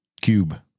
cube